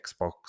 Xbox